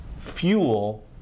fuel